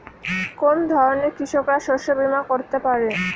কোন ধরনের কৃষকরা শস্য বীমা করতে পারে?